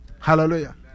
Hallelujah